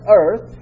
earth